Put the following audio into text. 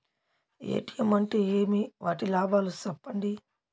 ATM అంటే ఏమి? వాటి లాభాలు సెప్పండి?